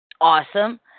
Awesome